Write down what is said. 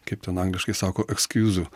kaip ten angliškai sako ekskiuzų